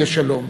יהיה שלום.